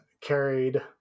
carried